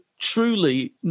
truly